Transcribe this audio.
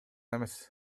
эмес